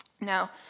Now